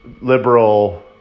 liberal